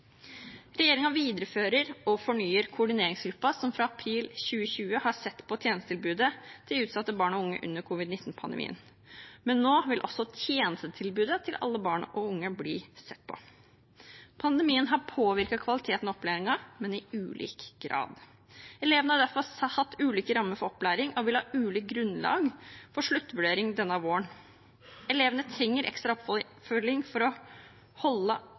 viderefører og fornyer koordineringsgruppen som fra april 2020 har sett på tjenestetilbudet til utsatte barn og unge under covid-19-pandemien, men nå vil også tjenestetilbudet til alle barn og unge bli sett på. Pandemien har påvirket kvaliteten i opplæringen, men i ulik grad. Elevene har derfor hatt ulike rammer for opplæring og vil ha ulikt grunnlag for sluttvurdering denne våren. Elevene trenger ekstra oppfølging for å holde